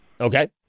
Okay